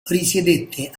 risiedette